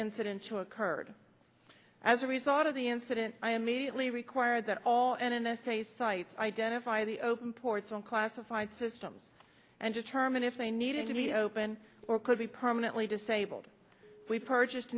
incident to occurred as a result of the incident i immediately required that all n s a sites identify the open ports and classified systems and determine if they needed to be open or could be permanently disabled we purchased